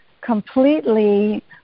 completely